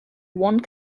one